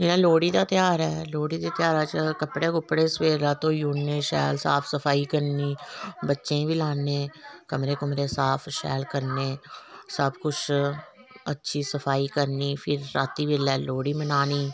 जियां लोहड़ी दा ध्यर ऐ लोहड़ी च कपडे़ कुपड़े सबेरै धोई ओड़ने साफ सफाई करी ओड़नी बच्चे गी बी लानी कमरे कोमरे साफ शैल करने सब कुछ अच्छी सफाई करनी फिर रांती बेल्ले लोहड़ी मनानी